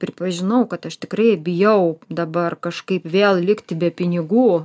pripažinau kad aš tikrai bijau dabar kažkaip vėl likti be pinigų